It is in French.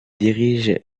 dirigent